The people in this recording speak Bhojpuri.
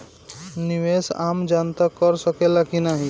निवेस आम जनता कर सकेला की नाहीं?